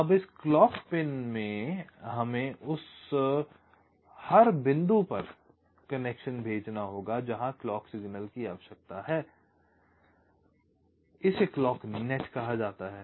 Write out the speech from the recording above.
अब इस clock pin से हमें हर उस बिंदु पर कनेक्शन भेजना होगा जहाँ क्लॉक सिग्नल की आवश्यकता है इसे क्लॉक नेट कहा जाता है